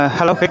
Hello